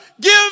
give